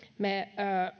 me